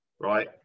right